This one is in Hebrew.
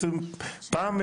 פעם,